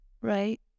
right